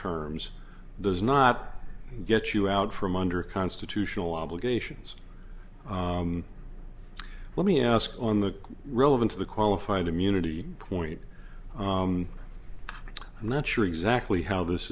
terms does not get you out from under a constitutional obligations let me ask on the relevance of the qualified immunity point i'm not sure exactly how this